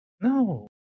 No